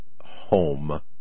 home